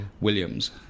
williams